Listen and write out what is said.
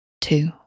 two